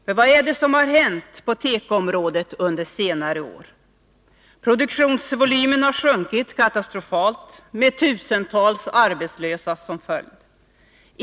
För vad är det som hänt på tekoområdet under senare år? Produktionsvolymen har sjunkit katastrofalt, med tusentals arbetslösa som följd.